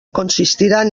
consistiran